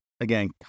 again